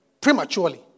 prematurely